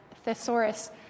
thesaurus